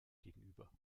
gegenüber